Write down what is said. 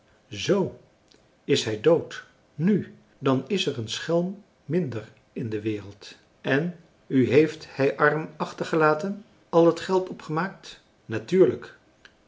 zoo is hij dood nu dan is er een schelm minder in de wereld en u heeft hij arm achtergelaten al het geld opgemaakt natuurlijk